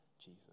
Jesus